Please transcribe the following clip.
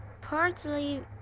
partly